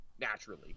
naturally